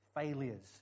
failures